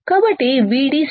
కాబట్టి VDSat